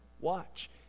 watch